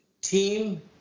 team